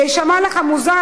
זה יישמע לך מוזר,